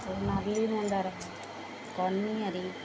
ନାଲି ମନ୍ଦାର କନିଅର